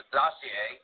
dossier